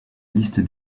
liste